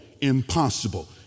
impossible